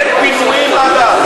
אין פינויים עד אז.